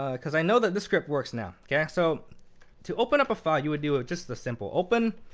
ah because i know that the script works now. yeah so to open up a file, you would do just the simple open.